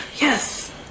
Yes